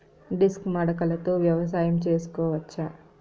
Disc మడకలతో వ్యవసాయం చేసుకోవచ్చా??